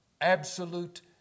absolute